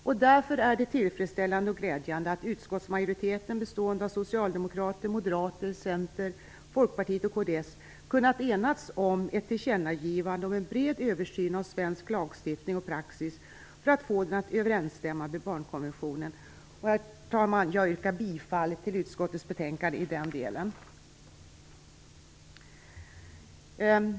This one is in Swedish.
Det är därför tillfredsställande och glädjande att utskottsmajoriteten bestående av Socialdemokraterna, Moderaterna, Centern, Folkpartiet och kds kunnat enats om ett tillkännagivande om en bred översyn av svensk lagstiftning och praxis för att få den att överensstämma med barnkonventionen. Herr talman! Jag yrkar bifall till utskottets hemställan i den delen.